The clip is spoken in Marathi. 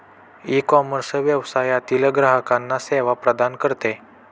ईकॉमर्स व्यवसायातील ग्राहकांना सेवा प्रदान करते